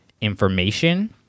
information